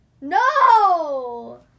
no